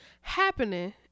happening